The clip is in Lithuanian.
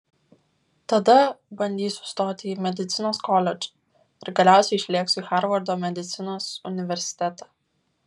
tada bandysiu stoti į medicinos koledžą ir galiausiai išlėksiu į harvardo medicinos universitetą